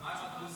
מה עם הדרוזים?